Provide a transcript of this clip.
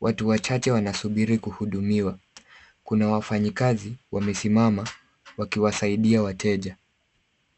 Watu wachache wanasubiri kuhudumiwa. Kuna wafanyikazi wamesimama wakiwasaidia wateja.